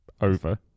over